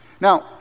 now